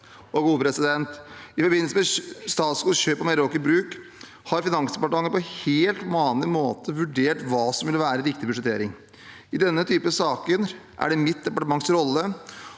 av politikere. I forbindelse med Statskogs kjøp av Meraker Brug har Finansdepartementet på helt vanlig måte vurdert hva som ville være riktig budsjettering. I denne typen saker er det mitt departements rolle